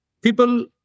people